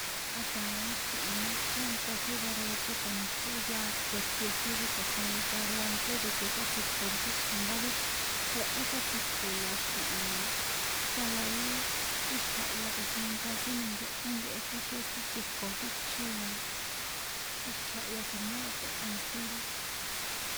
Kaín xi̱ki̱hi mé chónta sin derecho tsꞌóyakote sin ri tsochronka ri ante de que sátsjiko ri cháchji ndá ri jehó sátsjiko la xi̱kihi na tána í í xitjahya tsochenka sin ninkehó nkehe kixin ó síteko kícho la í xitjahya tso̱ninkakohen sin.